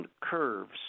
curves